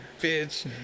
bitch